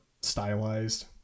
stylized